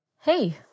Hey